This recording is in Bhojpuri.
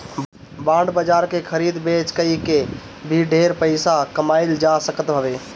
बांड बाजार के खरीद बेच कई के भी ढेर पईसा कमाईल जा सकत हवे